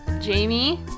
jamie